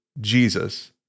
Jesus